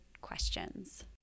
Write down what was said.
questions